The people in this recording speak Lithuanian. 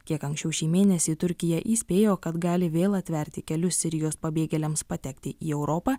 kiek anksčiau šį mėnesį turkija įspėjo kad gali vėl atverti kelius sirijos pabėgėliams patekti į europą